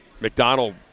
McDonald